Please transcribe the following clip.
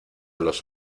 los